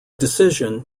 decision